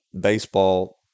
baseball